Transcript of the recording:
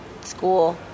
school